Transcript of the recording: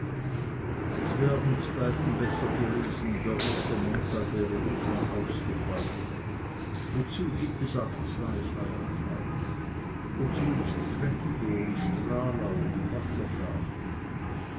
es wär uns beiden besser gewesen der ostermontag wäre diesmal ausgefallen wozu gibt es auch zwei feiertage wozu treptow und stralau und wasserfahrten